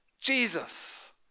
Jesus